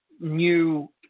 new